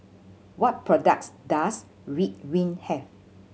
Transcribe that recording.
what products does Ridwind have